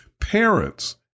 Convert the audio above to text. parents